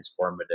transformative